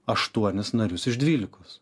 aštuonis narius iš dvylikos